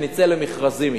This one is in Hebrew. שנצא למכרזים.